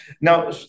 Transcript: now